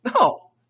No